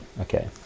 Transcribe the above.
Okay